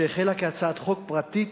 שהחלה כהצעת חוק פרטית